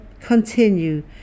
continue